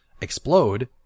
explode